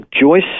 Joyce